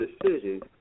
decisions